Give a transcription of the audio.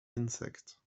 insect